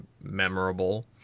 memorable